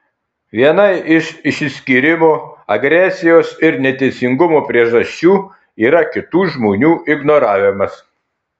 viena iš išsiskyrimo agresijos ir neteisingumo priežasčių yra kitų žmonių ignoravimas